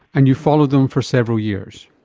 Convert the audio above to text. and you followed them for several years?